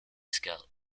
scout